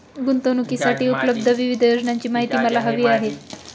गुंतवणूकीसाठी उपलब्ध विविध योजनांची माहिती मला हवी आहे